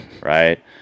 right